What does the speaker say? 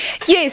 Yes